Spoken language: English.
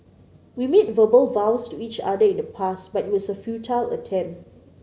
we made verbal vows to each other in the past but it was a futile attempt